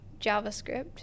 JavaScript